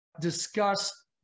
discuss